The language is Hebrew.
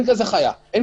אין כזו חיה.